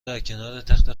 درکنارتخت